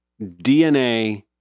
DNA